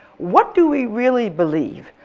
what do we really believe?